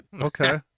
Okay